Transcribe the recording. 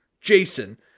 Jason